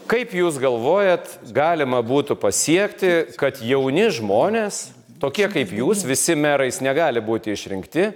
kaip jūs galvojat galima būtų pasiekti kad jauni žmonės tokie kaip jūs visi merais negali būti išrinkti